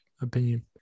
opinion